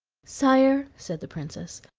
sire, said the princess,